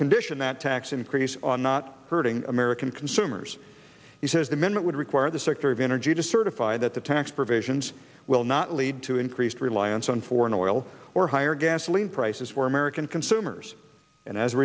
condition that tax increase on not hurting american consumers he says the amendment would require the secretary of energy to certify that the tax provisions will not lead to increased reliance on foreign oil or higher gasoline prices for american consumers and as a